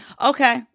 Okay